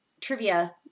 trivia